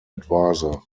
advisor